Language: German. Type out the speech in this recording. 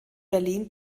berlin